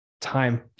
time